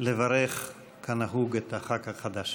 אתה ודאי יכול לומר כמה מילים בהזדמנות הזאת.